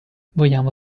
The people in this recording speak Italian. vogliamo